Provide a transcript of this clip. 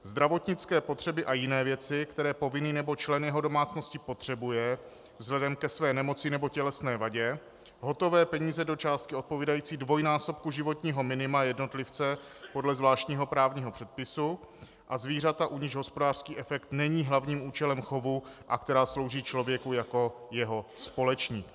Zdravotnické potřeby a jiné věci, které povinný nebo člen jeho domácnosti potřebuje vzhledem ke své nemoci nebo tělesné vadě, hotové peníze do částky odpovídající dvojnásobku životního minima jednotlivce podle zvláštního právního předpisu a zvířata, u nichž hospodářský efekt není hlavním účelem chovu a která slouží člověku jako jeho společník.